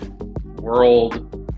world